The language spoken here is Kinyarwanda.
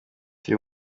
turi